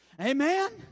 Amen